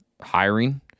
hiring